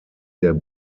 der